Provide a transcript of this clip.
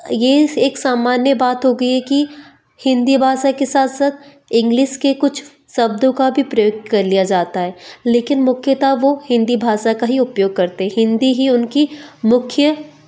ये एक सामान्य बात हो गई है कि हिंदी भाषा के साथ साथ इंग्लिश के कुछ शब्दों का भी प्रयोग कर लिया जाता है लेकिन मुख्यतः वो हिंदी भाषा का ही उपयोग करते हैं हिंदी ही उनकी मुख्य